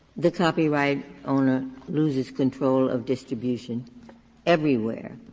the copyright owner loses control of distribution everywhere.